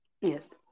Yes